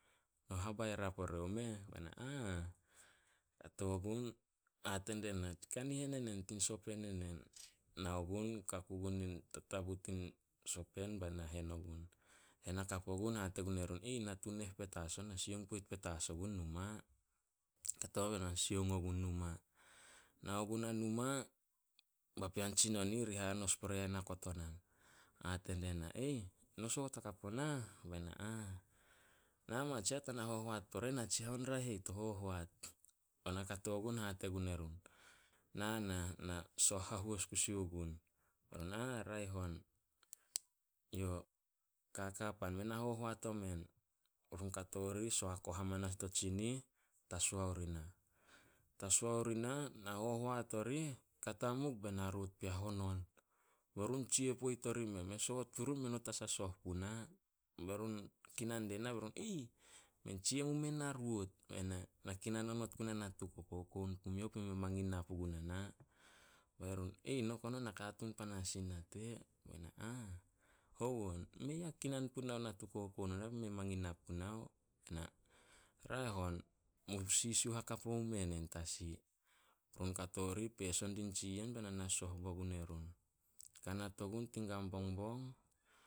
"No habaira pore o meh?" Be na, "Ah." Hate die na, "Kanihen enen tin sopen enen." Nao gun kaku gun in tatabu tin sopen bai na hen ogun. Hen hakap ogun hate gun erun, "Natu neh petas on, na sioung poit petas ogun numa." Kato on be na sioung ogun numa. Nao guna numa, papean tsinon i ih ri hanos pore na kotonan. Hate die na "No soot hakap onah." Be na, "Ah, nama tsiah tana hohoat pore, natsihou in raeh e ih to hohoat." Be na kato gun, hate gun erun, "Na nah, na sooh hahois kusi ogun." Be run, "Ah, raeh on. Yo kaka pan, men na hohoat omen." Run kato rih so hakoh amanas dio tsinih, tasoa ori nah. Tasoa ori nah, na hohoat orih, ka tamup bei naruot pea e hon on. Be run tsia poit orimeh. Me soot purun mei not asah sooh puna. Be run kinan die na be run, "Men tsia mumein narout." Be na, "Na kinan onot gunai natu kokoun pumiouh be mei a mangin na puna na." Be run, "No kono nakatuun panas in nate." Be na, "Ah. 'Hou on?'" "Mei a kinan punao natu kokoun onah bai mei a mangin na punao." "Raeh on mu sisiuh hakap omu mea nen tasi." Be run kato rih peso din tsi yen be na na soh bo gun erun. Kanat ogun tin gan bongbong